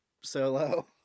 solo